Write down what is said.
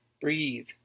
breathe